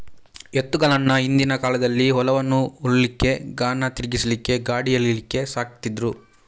ಎತ್ತುಗಳನ್ನ ಹಿಂದಿನ ಕಾಲದಲ್ಲಿ ಹೊಲವನ್ನ ಉಳ್ಲಿಕ್ಕೆ, ಗಾಣ ತಿರ್ಗಿಸ್ಲಿಕ್ಕೆ, ಗಾಡಿ ಎಳೀಲಿಕ್ಕೆ ಸಾಕ್ತಿದ್ರು